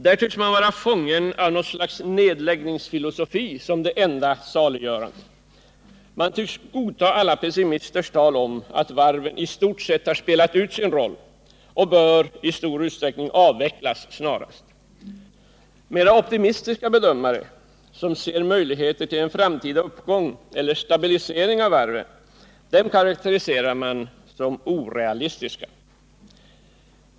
Där tycks man vara fången i något slags nedläggningsfilosofi som det enda saliggörande. Man tycks godta alla pessimisters tal om att varven i stort sett har spelat ut sin roll och att de i stor utsträckning snarast bör avvecklas. Mera optimistiska bedömare som ser möjligheten till en framtida uppgång eller stabilisering för varven, karakteriserar man som orealistiska.